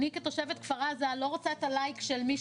אני כתושבת כפר עזה לא רוצה את הלייק של מי